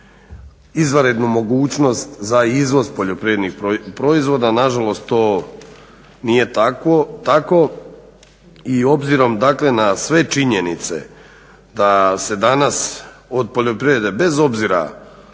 izvanrednu mogućnost za izvoz poljoprivrednih proizvoda a nažalost to nije tako. I obzirom dakle na sve činjenice da se danas od poljoprivrede bez obzira